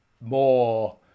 more